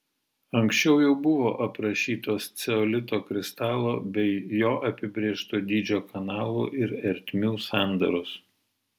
anksčiau jau buvo aprašytos ceolito kristalo bei jo apibrėžto dydžio kanalų ir ertmių sandaros